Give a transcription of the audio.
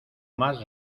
más